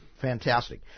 Fantastic